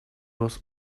was